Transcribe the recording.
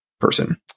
person